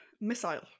missile